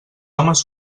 homes